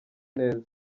neza